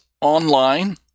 online